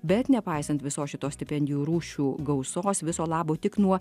bet nepaisant visos šitos stipendijų rūšių gausos viso labo tik nuo